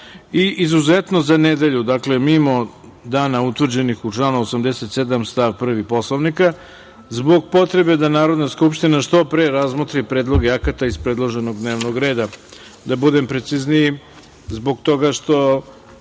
i izuzetno za nedelju, dakle mimo dana utvrđenih u članu 87. stav 1. Poslovnika, zbog potrebe da Narodna skupština što pre razmotri predloge akata iz predloženog dnevnog reda. Da budem precizniji, zbog toga što